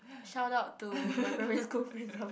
shout out to my primary school principal